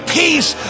peace